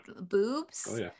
boobs